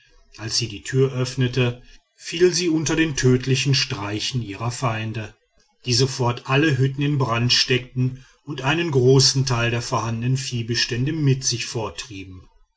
als sie die tür öffnete fiel sie unter den tödlichen streichen ihrer feinde die sofort alle hütten in brand steckten und einen großen teil der vorhandenen viehbestände mit sich forttrieben